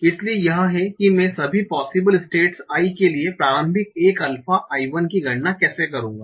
इसलिए यह है कि मैं सभी पोसिबल स्टेट्स i के लिए प्रारंभिक एक अल्फा i 1 की गणना कैसे करूंगा